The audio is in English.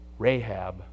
Rahab